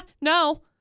No